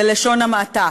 בלשון המעטה.